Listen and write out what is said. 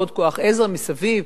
בעוד כוח עזר מסביב.